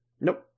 Nope